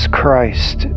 Christ